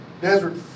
desert